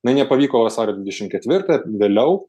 jinai nepavyko vasario dvidešim ketvirtą vėliau